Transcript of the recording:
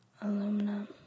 aluminum